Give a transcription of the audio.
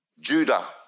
Judah